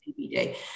CBD